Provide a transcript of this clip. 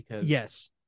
Yes